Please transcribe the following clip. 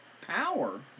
power